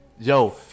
Yo